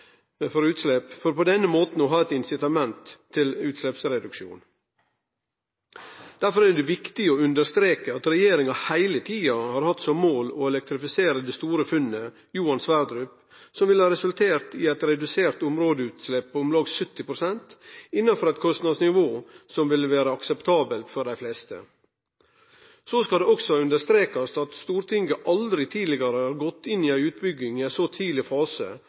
utslepp, for på denne måten å ha eit incitament til utsleppsreduksjon. Derfor er det viktig å understreke at regjeringa heile tida har hatt som mål å elektrifisere det store funnet, Johan Sverdrup, som ville ha resultert i reduserte områdeutslepp på om lag 70 pst. innanfor eit kostnadsnivå som ville vere akseptabelt for dei fleste. Så skal det også understrekast at Stortinget aldri tidlegare har gått inn i ei utbygging i ein så tidleg fase